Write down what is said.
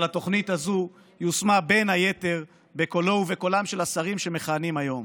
אבל התוכנית הזאת יושמה בין היתר בקולו ובקולם של השרים שמכהנים היום.